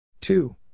two